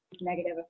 negative